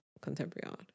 contemporary